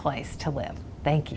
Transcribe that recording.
place to live thank you